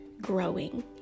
growing